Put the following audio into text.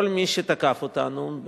כל מי שתקף אותנו,